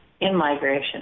in-migration